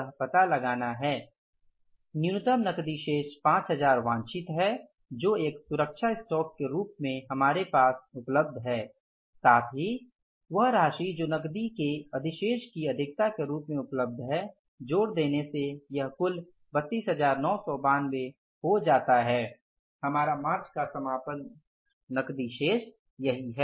यह पता लगाना है न्यूनतम नकदी शेष 5000 वांछित है जो एक सुरक्षा स्टॉक के रूप में हमारे पास उपलब्ध है साथ ही वह राशि जो नकदी के अधिशेष की अधिकता के रूप में उपलब्ध है जोड़ देने से यह कुल 32992 हो जाता है हमारा मार्च का समापन नकदी शेष है यही है